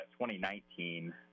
2019